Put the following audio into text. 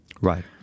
Right